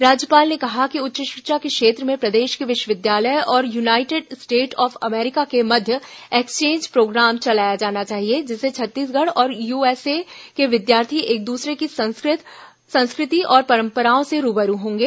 राज्यपाल ने कहा कि उच्च शिक्षा के क्षेत्र में प्रदेश के विश्वविद्यालय और यूनाइटेड स्टेट ऑफ अमेरिका के मध्य एक्सचेंज प्रोग्राम चलाया जाना चाहिए जिससे छत्तीसगढ़ और यूएसए के विद्यार्थी एक दूसरे की संस्कृति और परम्पराओं से रूबरू होंगे